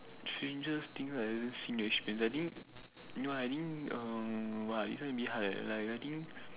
strangest thing I've ever seen or experience I think you know I think err !wah! this one a bit hard leh like I think